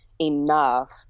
enough